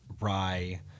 rye